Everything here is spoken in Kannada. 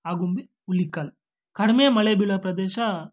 ಆಗುಂಬೆ ಹುಲಿಕಲ್ ಕಡಿಮೆ ಮಳೆ ಬೀಳೋ ಪ್ರದೇಶ